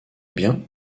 bien